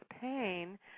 pain